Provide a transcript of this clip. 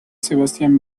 sebastian